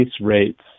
rates